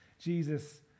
Jesus